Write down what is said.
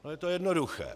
Je to jednoduché.